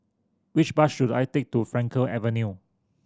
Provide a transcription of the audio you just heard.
which bus should I take to Frankel Avenue